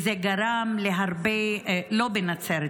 לא בנצרת,